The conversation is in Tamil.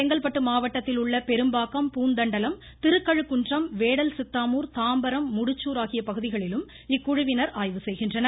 செங்கல்பட்டு உள்ள பெரும்பாக்கம் பூந்தண்டலம் திருக்கழுக்குன்றம் வேடல் சித்தாமூர் தாம்பரம் முடிச்சூர் ஆகிய பகுதிகளிலும் இக்குழுவினர் ஆய்வு செய்கின்றனர்